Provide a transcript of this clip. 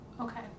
Okay